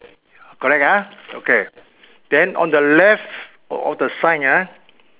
correct ah okay then on the left of the sign ah